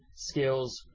skills